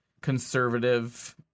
conservative